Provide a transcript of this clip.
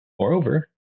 Moreover